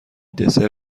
دسر